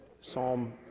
Psalm